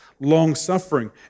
long-suffering